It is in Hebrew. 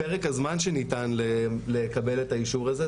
פרק הזמן שניתן לקבל את האישור הזה,